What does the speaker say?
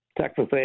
Texas